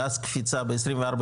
ואז קפיצה ב-2024,